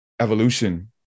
evolution